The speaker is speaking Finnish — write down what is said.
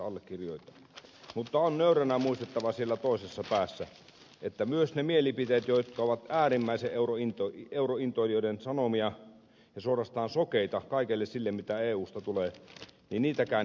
mutta on nöyränä muistettava siellä toisessa päässä että myöskään niitä mielipiteitä jotka ovat äärimmäisen eurointoilijoiden sanomia ja suorastaan sokeita kaikelle sille mitä eusta tulee en ymmärrä